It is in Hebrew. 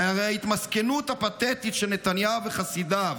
שהרי ההתמסכנות הפתטית של נתניהו וחסידיו